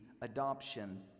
adoption